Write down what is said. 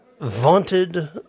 vaunted